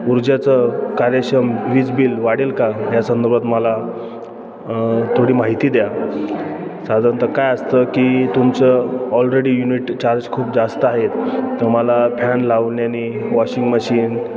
ऊर्जाचं कार्यक्षम वीज बिल वाढेल का या संदर्भात मला थोडी माहिती द्या साधारणतः काय असतं की तुमचं ऑलरेडी युनिट चार्ज खूप जास्त आहेत तुम्हाला फॅन लावण्याने वॉशिंग मशीन